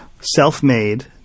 self-made